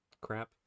crap